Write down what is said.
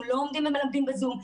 אנחנו לא עומדים ומלמדים בזום,